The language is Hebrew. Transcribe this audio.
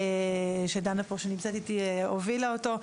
שדנה שנמצאת איתי פה הובילה אותו.